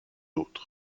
autres